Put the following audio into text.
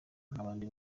nk’abandi